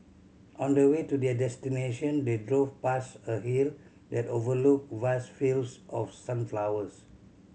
on their way to their destination they drove past a hill that overlooked vast fields of sunflowers